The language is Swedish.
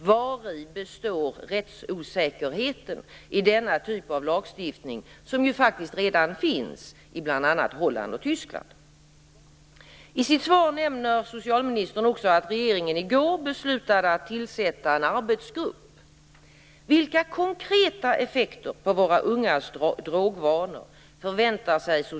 Vari består rättsosäkerheten i denna typ av lagstiftning, som ju faktiskt redan finns i bl.a. Holland och Tyskland? I sitt svar nämner socialministern också att regeringen i går beslutade att tillsätta en arbetsgrupp.